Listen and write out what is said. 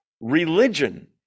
Religion